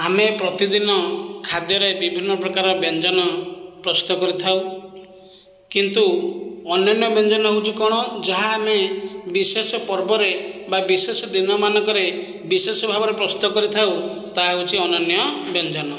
ଆମେ ପ୍ରତିଦିନ ଖାଦ୍ୟରେ ବିଭିନ୍ନପ୍ରକାରର ବ୍ୟଞ୍ଜନ ପ୍ରସ୍ତୁତ କରିଥାଉ କିନ୍ତୁ ଅନ୍ୟନ୍ୟ ବ୍ୟଞ୍ଜନ ହେଉଛି କ'ଣ ଯାହା ଆମେ ବିଶେଷ ପର୍ବରେ ବା ବିଶେଷ ଦିନମାନଙ୍କରେ ବିଶେଷ ଭାବରେ ପ୍ରସ୍ତୁତ କରିଥାଉ ତାହା ହେଉଛି ଅନ୍ୟନ୍ୟ ବ୍ୟଞ୍ଜନ